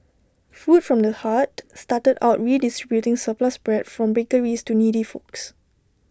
food from the heart started out redistributing surplus bread from bakeries to needy folks